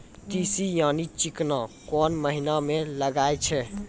तीसी यानि चिकना कोन महिना म लगाय छै?